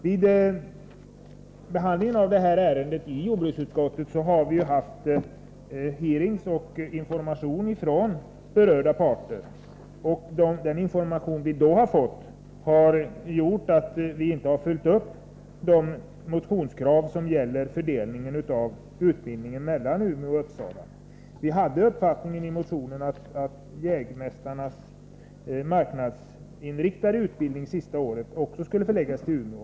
Vid behandlingen av detta ärende i jordbruksutskottet har det förekommit hearings, och vi har fått information från berörda parter. Denna information har gjort att vi inte i reservationer följt upp de motionskrav som gällde fördelningen av utbildningen mellan Umeå och Uppsala. I motionen från centern har vi gett uttryck för vår uppfattning att även jägmästarnas marknadsinriktade utbildning sista året skall förläggas till Umeå.